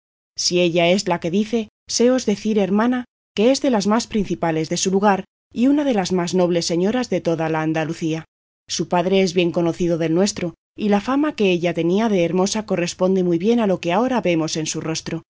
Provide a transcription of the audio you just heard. si ella es la que dice séos decir hermana que es de las más principales de su lugar y una de las más nobles señoras de toda la andalucía su padre es bien conocido del nuestro y la fama que ella tenía de hermosa corresponde muy bien a lo que ahora vemos en su rostro